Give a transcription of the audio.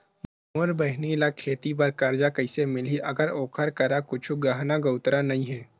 मोर बहिनी ला खेती बार कर्जा कइसे मिलहि, अगर ओकर करा कुछु गहना गउतरा नइ हे?